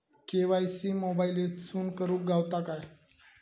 KYC मोबाईलातसून करुक गावता काय?